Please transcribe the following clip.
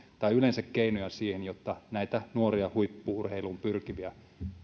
tai yleensä keinoja siihen jotta näitä nuoria huippu urheiluun pyrkiviä